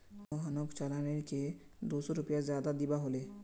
मोहनक चालानेर के दो सौ रुपए ज्यादा दिबा हले